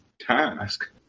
task